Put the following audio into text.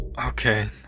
Okay